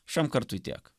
šiam kartui tiek